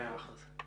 מאה אחוז.